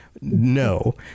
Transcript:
No